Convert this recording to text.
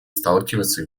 сталкиваются